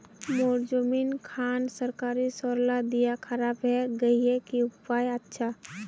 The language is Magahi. मोर जमीन खान सरकारी सरला दीया खराब है गहिये की उपाय अच्छा?